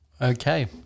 Okay